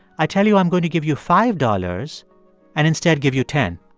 i tell you i'm going to give you five dollars and instead give you ten